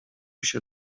się